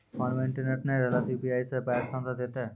Phone मे internet नै रहला सॅ, यु.पी.आई सॅ पाय स्थानांतरण हेतै?